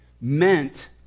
meant